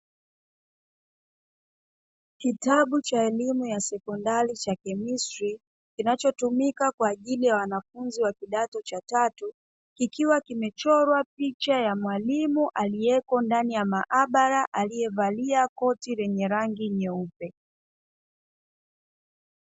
Kitabu cha elimu ya sekondari cha kemisti, kinacho tumika kwa ajili ya Wanafunzi wa kidato cha tatu, kikiwa kimechorwa picha ya mwalimu alieko ndani ya maabara aliye valia koti lenye rangi nyeupe.